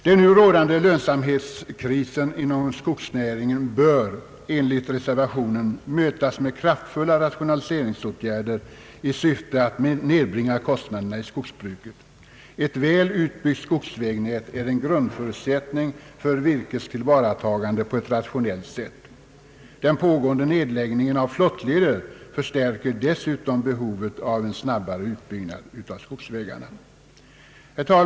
Den nu rådande lönsamhetskrisen inom skogsnäringen bör enligt reservationen mötas med kraftfulla rationaliseringsåtgärder i syfte att nedbringa kostnaderna i skogsbruket. Ett väl utbyggt skogsvägnät är en grundförutsättning för virkets tillvaratagande på ett rationellt sätt. Den nu pågående nedläggningen av flottleder förstärker behovet av en snabbare utbyggnad av skogsvägarna.